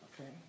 Okay